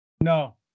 No